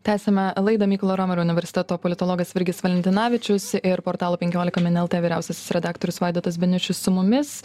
tęsiame laidą mykolo romerio universiteto politologas virgis valentinavičius ir portalo penkiolika min lt vyriausiasis redaktorius vaidotas beniušis su mumis